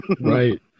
Right